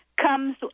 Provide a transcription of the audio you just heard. comes